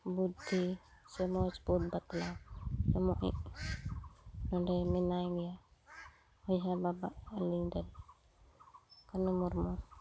ᱵᱩᱫᱽᱫᱷᱤ ᱥᱮ ᱢᱚᱡᱽ ᱛᱮ ᱵᱟᱛᱞᱟᱣ ᱱᱚᱸᱰᱮ ᱢᱮᱱᱟᱭ ᱜᱮ ᱵᱚᱭᱦᱟ ᱵᱟᱵᱟ ᱟᱹᱞᱤᱧ ᱨᱮᱱ ᱤᱱᱟᱹ ᱢᱚᱨᱢᱚ